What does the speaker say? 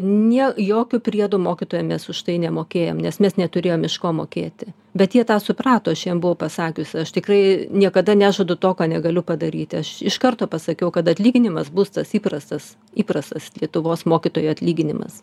nie jokių priedų mokytojam mes už tai nemokėjom nes mes neturėjom iš ko mokėti bet jie tą suprato aš jiem buvau pasakius aš tikrai niekada nežadu to ką negaliu padaryti aš iš karto pasakiau kad atlyginimas bus tas įprastas įprastas lietuvos mokytojo atlyginimas